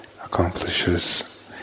accomplishes